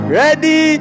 ready